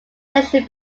section